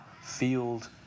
field